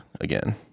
again